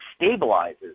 stabilizes